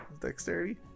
Dexterity